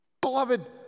Beloved